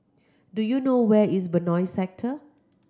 do you know where is Benoi Sector